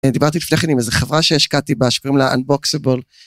דיברתי לפני כן עם איזו חברה שהשקעתי בה, שקוראים לה Unboxable.